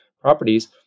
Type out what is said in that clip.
properties